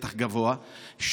מתח גבוה,